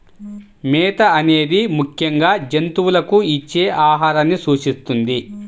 మేత అనేది ముఖ్యంగా జంతువులకు ఇచ్చే ఆహారాన్ని సూచిస్తుంది